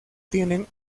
tienen